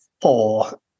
four